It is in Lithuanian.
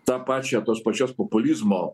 tą pačią tos pačios populizmo